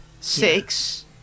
Six